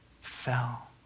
fell